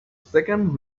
second